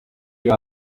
you